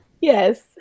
yes